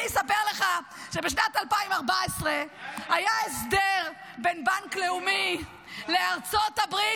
אני אספר לך שבשנת 2014 היה הסדר בין בנק לאומי לארצות הברית.